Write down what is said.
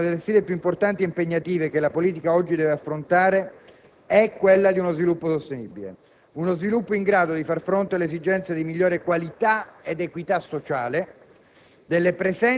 Per questo una delle sfide più importanti e impegnative che la politica oggi deve affrontare è quella di uno sviluppo sostenibile: uno sviluppo in grado di far fronte alle esigenze di migliore qualità ed equità sociale